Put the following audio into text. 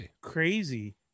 crazy